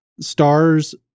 stars